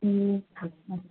ए